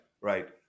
right